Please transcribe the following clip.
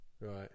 Right